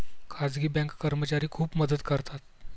खाजगी बँक कर्मचारी खूप मदत करतात